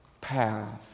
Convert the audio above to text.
path